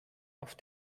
auf